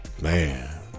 Man